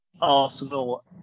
Arsenal